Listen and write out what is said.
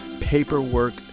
paperwork